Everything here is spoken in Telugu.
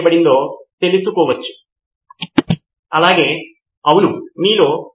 కాబట్టి విద్యార్థులు తమ నోట్స్ను తమలో తాము పంచుకుంటున్నారని ఊహించుకోండి